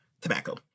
Tobacco